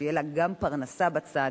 שתהיה לה גם פרנסה בצד